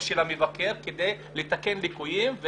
יכול להיעזר בדוח של המבקר כדי לתקן ליקויים ולהעביר